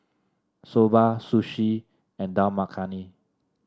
Soba Sushi and Dal Makhani